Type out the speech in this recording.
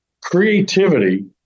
Creativity